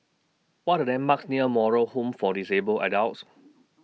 What Are The landmarks near Moral Home For Disabled Adults